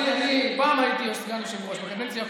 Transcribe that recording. פעם הייתי סגן יושב-ראש, בקדנציה הקודמת.